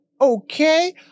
okay